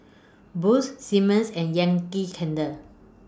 Boost Simmons and Yankee Candle